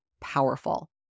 powerful